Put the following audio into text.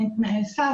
אין תנאי סף,